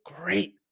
Great